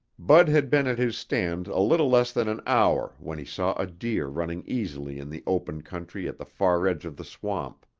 bud had been at his stand a little less than an hour when he saw a deer running easily in the open country at the far edge of the swamp.